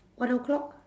one o-clock